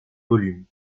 volumes